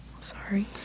Sorry